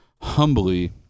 humbly